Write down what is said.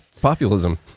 Populism